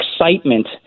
excitement